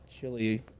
chili